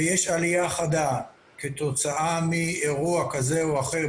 ויש עלייה חדה בעקבות אירוע כזה או אחר,